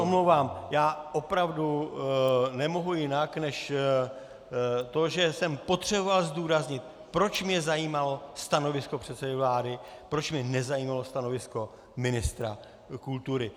Já se omlouvám, já opravdu nemohu jinak, než to, že jsem potřeboval zdůraznit, proč mě zajímalo stanovisko předsedy vlády, proč mě nezajímalo stanovisko ministra kultury.